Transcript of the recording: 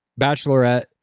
Bachelorette